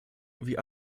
wie